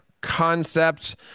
concept